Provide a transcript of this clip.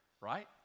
Right